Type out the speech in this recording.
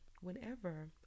whenever